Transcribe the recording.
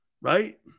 right